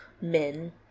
men